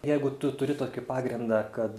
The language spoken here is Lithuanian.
jeigu tu turi tokį pagrindą kad